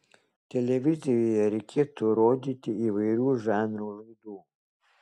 televizijoje reikėtų rodyti įvairių žanrų laidų